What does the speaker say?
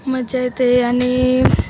मजा येते आणि